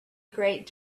great